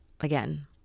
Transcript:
again